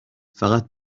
فقط